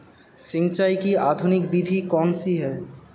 सिंचाई की आधुनिक विधि कौन सी है?